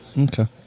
Okay